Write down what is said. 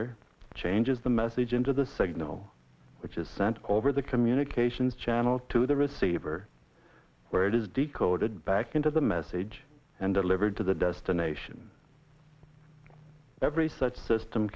er changes the message into the signal which is sent over the communications channel to the receiver where it is decoded back into the message and delivered to the destination every such system